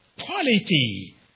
quality